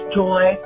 joy